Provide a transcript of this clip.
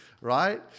right